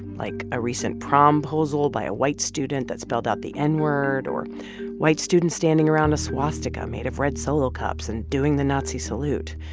like a recent prom-posal by a white student that spelled out the n-word or white students standing around a swastika made of red solo cups and doing the nazi salute.